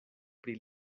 pri